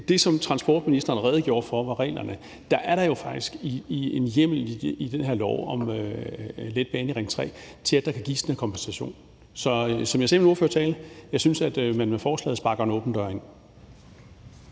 det, som transportministeren redegjorde for var reglerne, er der jo faktisk en hjemmel i den her lov om letbanen i Ring 3 til, at der kan gives sådan en kompensation. Så som jeg sagde i min ordførertale, synes jeg, at man med forslaget sparker en åben dør ind.